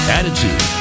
Attitude